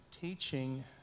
teaching